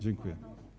Dziękuję.